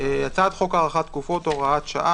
חוק הארכת תקופות (הוראת שעה,